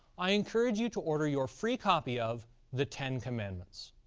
i encourage you to order your free copy of the ten commandments.